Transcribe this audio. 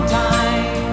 time